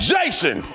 Jason